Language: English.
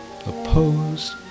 opposed